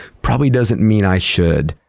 probably doesn't mean i should.